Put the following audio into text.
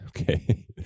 Okay